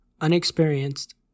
Unexperienced